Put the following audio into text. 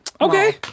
Okay